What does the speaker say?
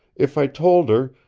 if i told her,